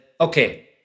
okay